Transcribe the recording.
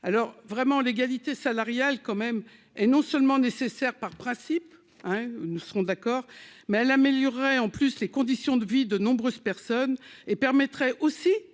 alors vraiment l'égalité salariale quand même, et non seulement nécessaire, par principe, hein, nous serons d'accord mais elle améliorerait en plus les conditions de vie, de nombreuses personnes et permettrait aussi